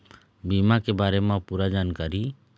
बीमा के बारे म पूरा जानकारी?